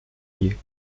liés